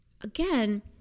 again